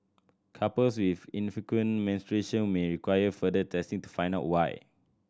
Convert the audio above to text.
couples with infrequent menstruation may require further testing to find out why